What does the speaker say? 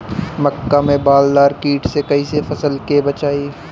मक्का में बालदार कीट से कईसे फसल के बचाई?